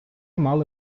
мали